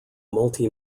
multi